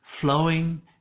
flowing